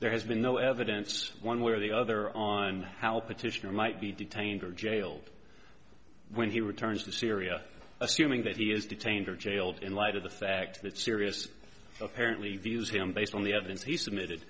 there has been no evidence one way or the other on how petitioner might be detained or jailed when he returns to syria assuming that he is detained or jailed in light of the fact that syria's apparently views him based on the evidence he submitted